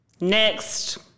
Next